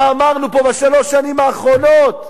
מה אמרנו פה בשלוש השנים האחרונות.